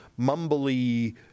mumbly